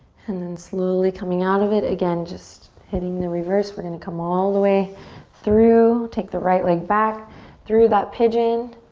and then slowly coming out of it. again, just hitting the reverse. we're gonna come all the way through. take the right leg back through that pigeon.